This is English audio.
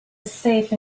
safe